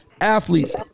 athletes